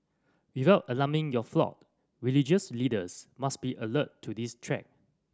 without alarming your flock religious leaders must be alert to this